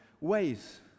ways